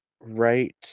right